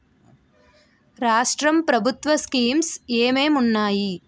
రాష్ట్రం ప్రభుత్వ స్కీమ్స్ ఎం ఎం ఉన్నాయి?